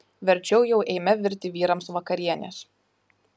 verčiau jau eime virti vyrams vakarienės